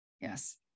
yes